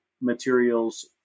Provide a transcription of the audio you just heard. materials